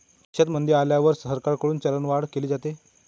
देशात मंदी आल्यावर सरकारकडून चलनवाढ केली जाते